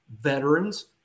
veterans